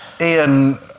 Ian